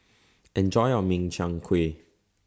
Enjoy your Min Chiang Kueh